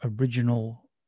original